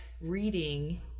reading